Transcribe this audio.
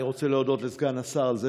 אני רוצה להודות לסגן השר על זה